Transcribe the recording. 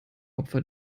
opfer